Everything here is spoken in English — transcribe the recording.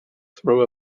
throw